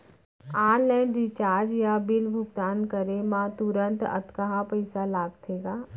Online recharge या bill भुगतान करे मा तुरंत अक्तहा पइसा लागथे का?